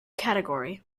category